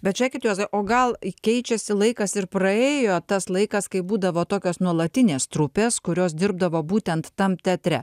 bet žėkit juozai o gal keičiasi laikas ir praėjo tas laikas kai būdavo tokios nuolatinės trupės kurios dirbdavo būtent tam teatre